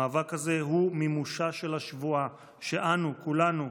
המאבק הזה הוא מימושה של השבועה שאנו, כולנו,